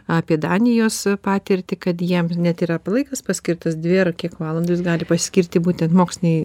apie danijos patirtį kad jiem net yra laikas paskirtas dvi ar kiek valandų jis gali pasiskirti būtent mokslinei